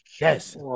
Yes